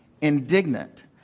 indignant